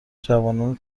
جوانان